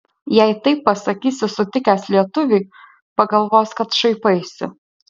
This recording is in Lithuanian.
jei taip pasakysi sutikęs lietuvį pagalvos kad šaipaisi